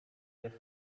jest